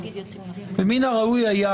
ומן הראוי היה